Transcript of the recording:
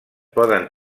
poden